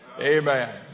Amen